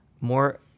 more